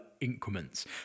increments